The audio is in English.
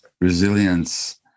resilience